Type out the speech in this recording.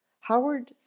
Howard